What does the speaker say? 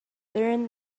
turn